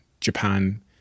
Japan